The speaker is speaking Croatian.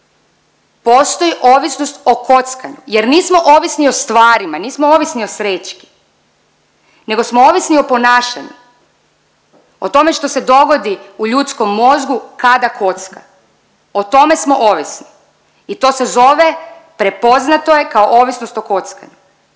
Postoji ovisnost o kockanju, jer nismo ovisni o stvarima, nismo ovisni o srećki, nego smo ovisni o ponašanju, o tome što se dogodi u ljudskom mozgu kada kocka, o tome smo ovisni i to se zove prepoznato je kao ovisnost o kockanju.